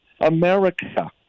america